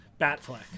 Batfleck